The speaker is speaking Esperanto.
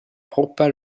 propra